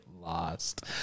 lost